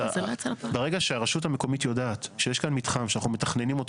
ברגע שהרשות המקומית יודעת שיש כאן מתחם שאנחנו מתכננים אותו